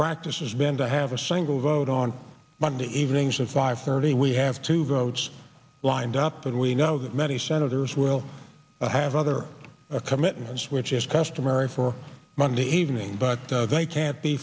practices been to have a single vote on monday evenings at five thirty we have two votes lined up and we know that many senators will have other commitments which is customary for monday evening but they can't be